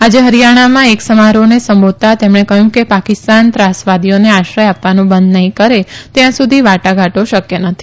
આજે હરિયાણામાં એક સમારોહને સંબોધતં તેમણે કહ્યું કે પાકિસ્તાન ત્રાસવાદીઓને આશ્રથ આપવાનું બંધ નહીં કરે ત્યાં સુધી વાટાઘાટો શક્ય નથી